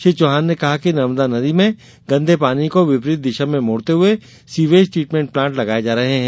श्री चौहान ने कहा कि नर्मदा नदी में गंदे पानी को विपरीत दिशा में मोडते हुए सीवेज ट्रीटमेन्ट प्लांट लगाये जा रहे है